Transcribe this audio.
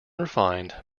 refined